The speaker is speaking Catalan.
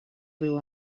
riu